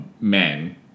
men